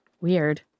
weird